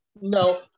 No